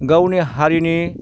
गावनि हारिनि